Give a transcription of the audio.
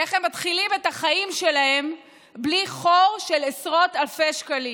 איך הם מתחילים את החיים שלהם בלי חור של עשרות אלפי שקלים.